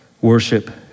worship